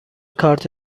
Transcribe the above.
کارت